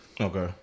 Okay